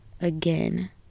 again